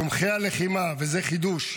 תומכי הלחימה, וזה חידוש,